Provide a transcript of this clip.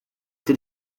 did